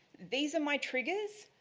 these are my triggers,